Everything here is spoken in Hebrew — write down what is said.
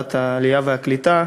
ועדת העלייה והקליטה.